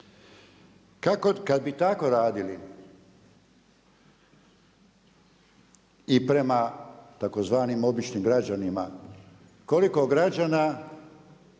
kada bi tako radili i prema tzv. običnim građanima, koliko građana